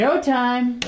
Showtime